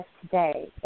today